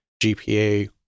GPA